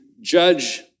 judge